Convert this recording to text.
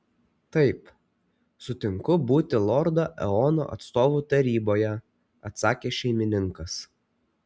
taip sutinku būti lordo eono atstovu taryboje atsakė šeimininkas